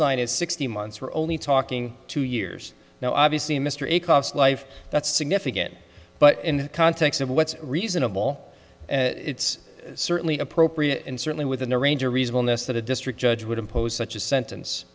is sixty months we're only talking two years now obviously a mystery cost life that's significant but in the context of what's reasonable it's certainly appropriate and certainly within the range or reasonable ness that a district judge would impose such a sentence